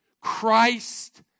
Christ